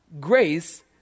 Grace